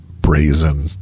brazen